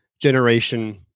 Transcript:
generation